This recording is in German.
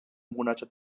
monate